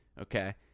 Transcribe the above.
okay